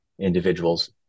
individuals